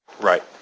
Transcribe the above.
Right